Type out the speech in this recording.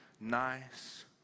nice